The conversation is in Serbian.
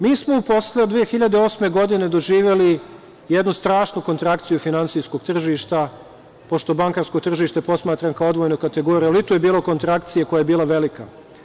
Mi smo u poslu od 2008. godine doživeli jednu strašnu kontrakciju finansijskog tržišta, pošto bankarsko tržište posmatram kao odvojenu kategoriju, ali je i tu bilo kontrakcije koja je bila velika.